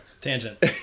tangent